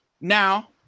now